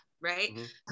right